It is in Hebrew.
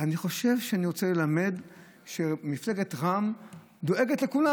אני חושב שאני רוצה ללמד שמפלגת רע"מ דואגת לכולם.